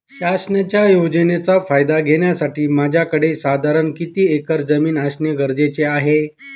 शासनाच्या योजनेचा फायदा घेण्यासाठी माझ्याकडे साधारण किती एकर जमीन असणे गरजेचे आहे?